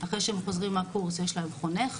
אחרי שהם חוזרים מהקורס יש להם חונך,